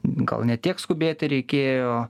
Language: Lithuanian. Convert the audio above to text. gal ne tiek skubėti reikėjo